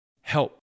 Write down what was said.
help